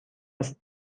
است